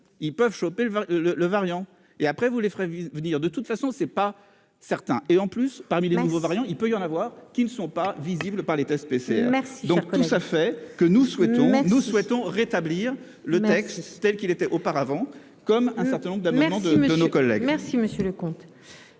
ils peuvent chopé le le le variant et après vous les ferai venir de toute façon c'est pas certain et en plus, parmi les nouveaux variants, il peut y en avoir qui ne sont pas visibles par l'État, tests, merci, donc ça fait que nous souhaitons, nous souhaitons rétablir le texte telle qu'il l'était auparavant comme un certain nombre de amendements de de nos collègues. Merci monsieur le comte